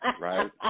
right